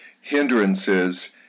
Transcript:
hindrances